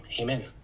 amen